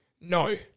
No